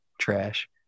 Trash